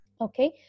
okay